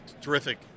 terrific